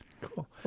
Cool